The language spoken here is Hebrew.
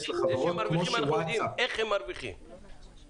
לחברות --- זה שהם מרוויחים אנחנו יודעים.